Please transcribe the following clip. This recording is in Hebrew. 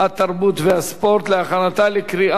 התרבות והספורט נתקבלה.